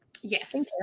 yes